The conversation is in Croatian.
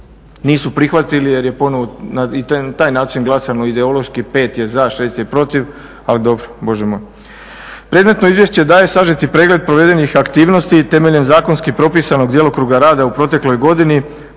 nisu prihvatili jer je ponovno na taj način glasano, ideološki 5 je za, 6 je protiv, ali dobro Bože moj. Predmetno izvješće daje sažeti pregled provedenih aktivnosti temeljem zakonskih propisanog djelokruga rada u protekloj godini